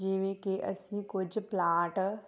ਜਿਵੇਂ ਕਿ ਅਸੀਂ ਕੁਝ ਪਲਾਂਟ